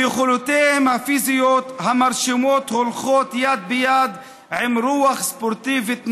ויכולותיהם הפיזיות המרשימות הולכות יד ביד עם רוח ספורטיבית נעלה,